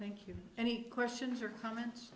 thank you any questions or comments